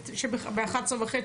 רק אודיע לחברי הכנסת שבשעה 11:30 יש